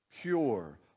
pure